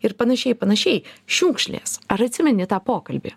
ir panašiai panašiai šiukšlės ar atsimeni tą pokalbį